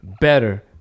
better